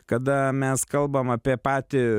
kada mes kalbam apie patį